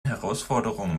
herausforderungen